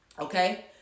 okay